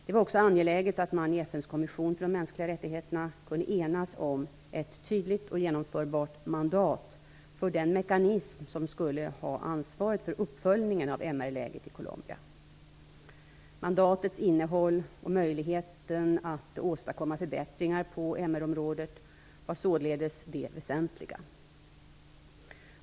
Det var också angeläget att man i FN:s kommission för de mänskliga rättigheterna kunde enas om ett tydligt och genomförbart mandat för den mekanism som skulle ha ansvaret för uppföljningen av MR-läget i Colombia. Mandatets innehåll och möjligheten att åstadkomma förbättringar på MR-området var således det väsentliga.